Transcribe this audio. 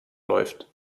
läuft